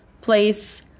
place